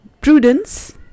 prudence